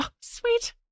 sweet